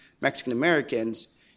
Mexican-Americans